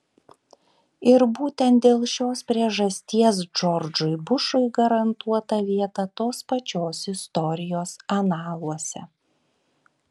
ir būtent dėl šios priežasties džordžui bušui garantuota vieta tos pačios istorijos analuose